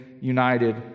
united